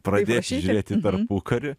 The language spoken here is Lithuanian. pradėt žiūrėt į tarpukarį